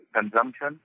consumption